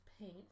paint